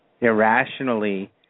irrationally